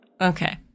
Okay